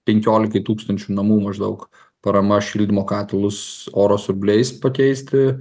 penkiolikai tūkstančiui namų maždaug parama šildymo katilus oro siurbliais pakeisti